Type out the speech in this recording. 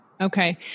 Okay